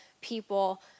people